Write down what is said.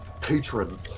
patron